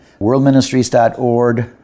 worldministries.org